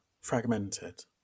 fragmented